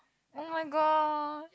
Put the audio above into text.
oh-my-god